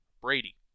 Brady